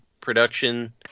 production